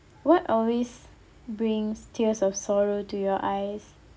what always brings tears of sorrow to your eyes